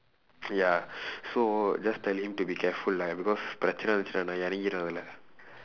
ya so just tell him to be careful lah because பிரச்சினை வந்துச்சுன்னா நான் வந்து இறங்கிடுவேன் அதுல:pirachsinai vandthuchsunnaa naan vandthu irangkiduveen athula